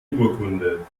urkunde